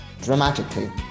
dramatically